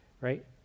right